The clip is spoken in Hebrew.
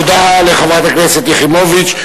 תודה לחברת הכנסת יחימוביץ.